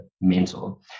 mental